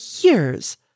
years